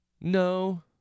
No